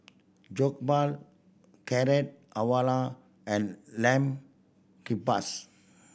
Jokbal Carrot Halwa and Lamb Kebabs